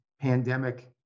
pandemic